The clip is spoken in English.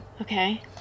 Okay